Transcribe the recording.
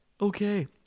Okay